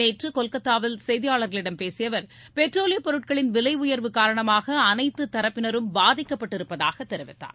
நேற்று கொல்கத்தாவில் செய்தியாளர்களிடம் பேசிய அவர் பெட்ரோலியப் பொருட்களின் விலை உயர்வு காரணமாக அனைத்து தரப்பினரும் பாதிக்கப்பட்டிருப்பதாக தெரிவித்தார்